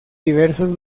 diversos